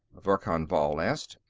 verkan vall asked.